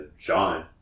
John